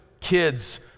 kids